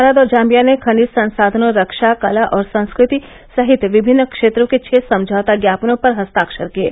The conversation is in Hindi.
भारत और जाम्बिया ने खनिज संसाधनों रक्षा कला और संस्कृति सहित विभिन्न क्षेत्रों के छह समझौता ज्ञापनों पर हस्ताक्षर किये